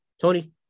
Tony